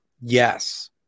Yes